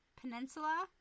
Peninsula